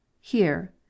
Here